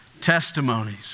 testimonies